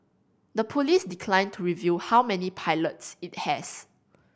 the police declined to reveal how many pilots it has